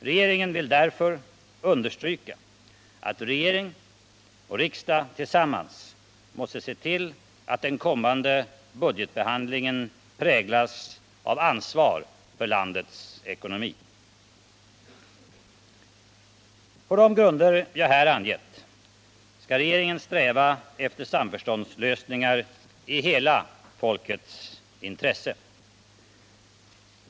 Regeringen vill därför understryka att regering och riksdag tillsammans måste se till att den kommande budgetbehandlingen präglas av ansvar för landets ekonomi. På de grunder jag här angett skall regeringen sträva efter samförståndslösningar i hela folkets intresse.